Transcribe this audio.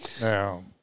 Now